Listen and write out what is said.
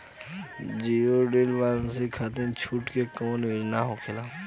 Zero till machine खाती छूट के कवन योजना होला?